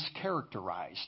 mischaracterized